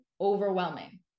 overwhelming